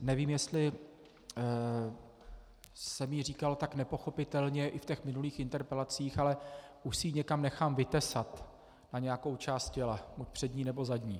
Nevím, jestli jsem ji říkal tak nepochopitelně i v těch minulých interpelacích, ale už si ji někam nechám vytesat, na nějakou část těla, buď přední, nebo zadní.